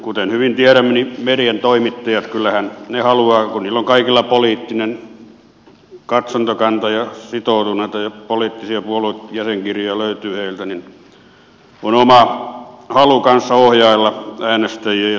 kuten hyvin tiedämme niin kyllähän median toimittajat haluavat kun niillä on kaikilla poliittinen katsontakanta ja ovat sitoutuneita ja poliittisia puoluejäsenkirjoja löytyy heiltä kanssa ohjailla äänestäjiä